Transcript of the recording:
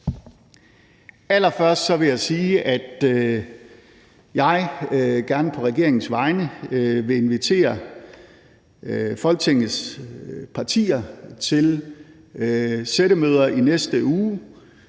Allerførst vil jeg sige, at jeg på regeringens vegne gerne vil invitere Folketingets partier til sættemøder i næste uge